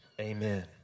Amen